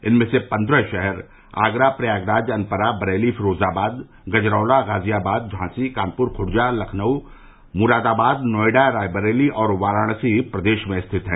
इनमें से पन्द्रह शहर आगरा प्रयागराज अनपरा बरेली फिरोजाबाद गजरौला गाजियाबाद झांसी कानपुर खुर्जा लखनऊ मुरादाबाद नोएडा रायबरेली और वाराणसी प्रदेश में स्थित हैं